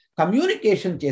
communication